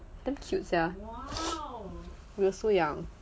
damn cute sia we were still young